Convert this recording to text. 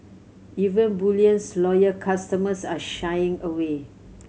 even bullion's loyal customers are shying away